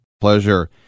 Pleasure